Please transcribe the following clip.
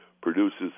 produces